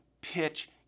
pitch